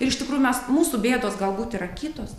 ir iš tikrųjų mes mūsų bėdos galbūt yra kitos